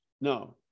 No